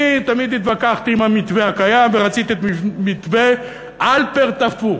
אני תמיד התווכחתי עם המתווה הקיים ורציתי את מתווה הלפרט הפוך,